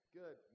good